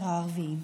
הערביים.